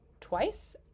twice